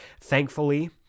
Thankfully